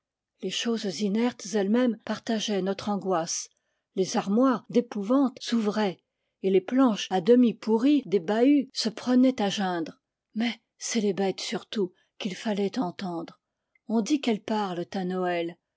les choses inertes elles-mêmes partageaient notre angoisse les armoires d'épouvante s'ouvraient et les planches à demi pourries des bahuts se prenaient à geindre mais c'est les bêtes surtout qu'il fallait entendre on dit qu'elles parlent à noël